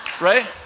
Right